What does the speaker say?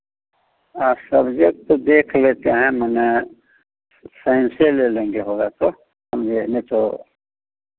subject तो देख लेते हैं मने साइंसे ले लेंगे होगा तो समझे नहीं तो